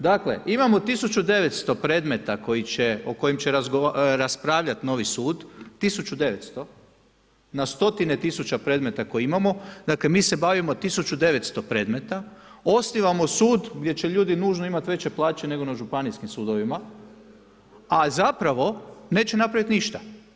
Dakle imamo 1900 predmeta o kojim će raspravljati novi sud 1900 na stotine tisuća predmeta koje imamo, dakle mi se bavimo 1900 predmeta, osnivamo sud, gdje će ljudi nužno imati veće plaće, nego na županijskim sudovima, a zapravo, neće napraviti ništa.